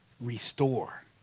restore